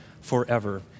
forever